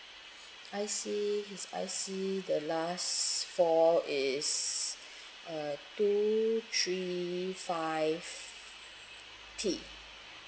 I_C his I_C the last four is uh two three five T